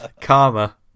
karma